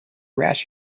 rash